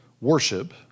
worship